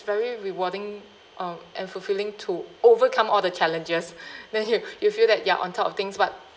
very rewarding uh and fulfilling to overcome all the challenges then you you feel that you're on top of things but